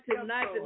tonight